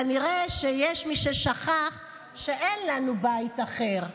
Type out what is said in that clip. כנראה שיש מי ששכח שאין לנו בית אחר.